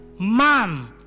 man